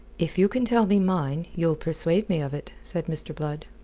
if you can tell me mine, you'll persuade me of it, said mr. blood.